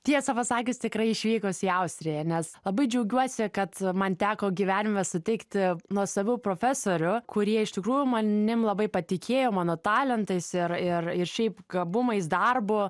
tiesą pasakius tikrai išvykus į austriją nes labai džiaugiuosi kad man teko gyvenime sutikti nuostabių profesorių kurie iš tikrųjų manim labai patikėjo mano talentais ir ir ir šiaip gabumais darbu